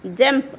jump